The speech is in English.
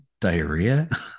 diarrhea